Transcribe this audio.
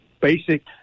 Basic